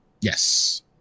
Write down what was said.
Yes